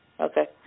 Okay